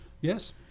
Yes